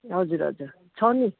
हजुर हजुर छ नि